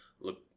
look